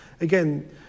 Again